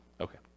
Okay